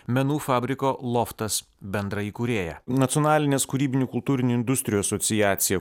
menų fabriko loftas bendraįkūrėja nacionalinės kūrybinių kultūrinių industrijų asociacija